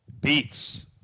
beats